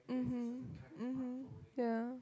mmhmm mmhmm yeah